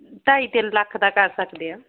ਢਾਈ ਤਿੰਨ ਲੱਖ ਦਾ ਕਰ ਸਕਦੇ ਆ